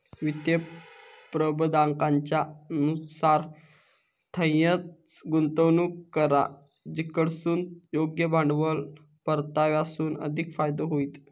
वित्तीय प्रबंधाकाच्या नुसार थंयंच गुंतवणूक करा जिकडसून योग्य भांडवल परताव्यासून अधिक फायदो होईत